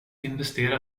investera